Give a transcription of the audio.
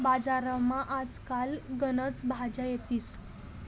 बजारमा आज काल गनच भाज्या येतीस